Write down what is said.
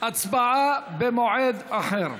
הצבעה במועד אחר.